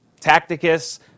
Tacticus